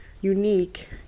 unique